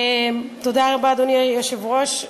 אדוני היושב-ראש,